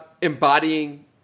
embodying